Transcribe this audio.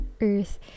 earth